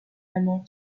amant